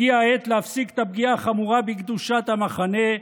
הגיעה העת להפסיק את הפגיעה החמורה בקדושת המחנה.